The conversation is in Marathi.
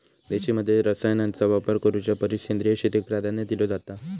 शेतीमध्ये रसायनांचा वापर करुच्या परिस सेंद्रिय शेतीक प्राधान्य दिलो जाता